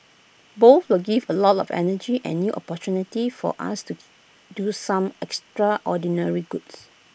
both will give A lot of energy and new opportunity for us to do some extraordinary goods